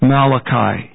Malachi